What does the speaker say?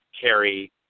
carry